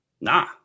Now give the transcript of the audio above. Nah